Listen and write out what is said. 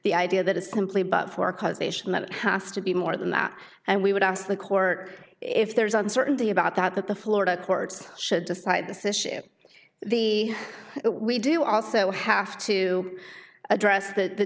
the idea that it's simply but for causation that it has to be more than that and we would ask the court if there's uncertainty about that that the florida courts should decide this issue the we do also have to address that the